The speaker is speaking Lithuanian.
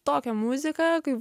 tokią muziką kaip